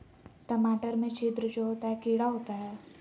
टमाटर में छिद्र जो होता है किडा होता है?